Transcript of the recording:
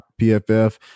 pff